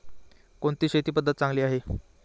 कोणती शेती पद्धती चांगली आहे?